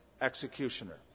executioner